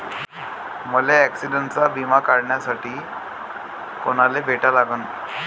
मले ॲक्सिडंटचा बिमा काढासाठी कुनाले भेटा लागन?